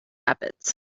rabbits